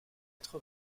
être